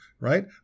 Right